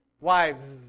Wives